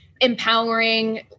empowering